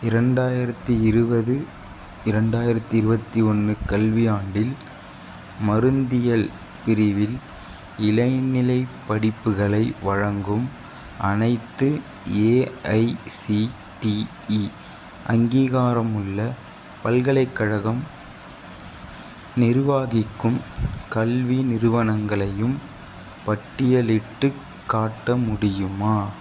இரண்டாயிரத்தி இருபது இரண்டாயிரத்தி இருபத்தி ஒன்று கல்வியாண்டில் மருந்தியல் பிரிவில் இளநிலைப் படிப்புகளை வழங்கும் அனைத்து ஏஐசிடிஇ அங்கீகாரமுள்ள பல்கலைக்கழகம் நிர்வகிக்கும் கல்வி நிறுவனங்களையும் பட்டியலிட்டுக் காட்ட முடியுமா